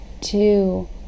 two